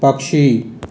पक्षी